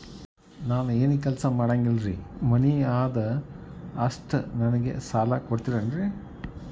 ನಾನು ಏನು ಕೆಲಸ ಮಾಡಂಗಿಲ್ರಿ ಮನಿ ಅದ ಅಷ್ಟ ನನಗೆ ಸಾಲ ಕೊಡ್ತಿರೇನ್ರಿ?